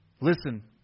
Listen